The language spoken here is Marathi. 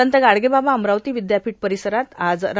संत गाडगेबाबा अमरावती विद्यापिठ परिसारात आज रा